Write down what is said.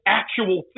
actual